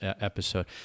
episode